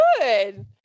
good